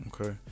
okay